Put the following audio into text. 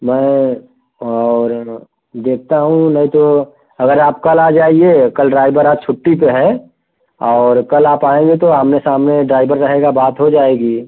मैं और देखता हूँ नहीं तो अगर आप कल आ जाइए कल ड्राइवर आज छुट्टी पर है और कल आप आएंगी तो आमने सामने ड्राइवर रहेगा बात हो जाएगी